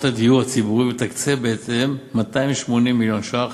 הדיור הציבורי ולתקצב בהתאם 280 מיליון ש"ח